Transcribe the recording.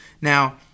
Now